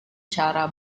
cara